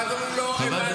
ואז אומרים לו: הבנו,